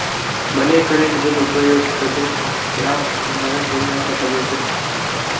ಮನೆ current bill ಉಪಯುಕ್ತತೆ app ನಾಗ ಹೆಂಗ ಕಟ್ಟಬೇಕು?